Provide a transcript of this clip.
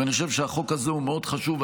ואני חושב שהחוק הזה הוא מאוד חשוב.